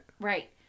Right